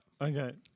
Okay